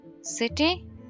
City